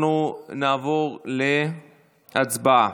אנחנו נעבור להצבעה,